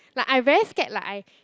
like I very scared like I